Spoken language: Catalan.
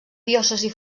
diòcesi